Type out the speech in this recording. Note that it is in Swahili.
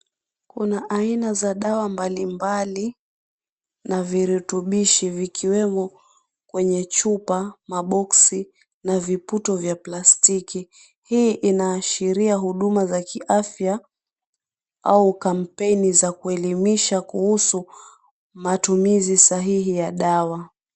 Kuna aina za dawa mbalimbali na virutibishi vikiwemo kwenye chupa, maboksi na viputo vya plastiki. Hii inaashiria huduma za kiafya au ukampeni za kuelimisha kuhusu matumizj sahihi ya dawa.